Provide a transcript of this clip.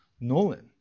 Nolan